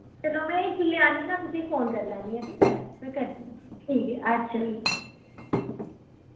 चलो में जिल् आनी ना तुसें फोन करी लैन्नी ऐ ठीक ऐ मैं करनीआं ठीक ऐ अच्छा फ्ही